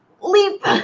leap